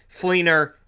Fleener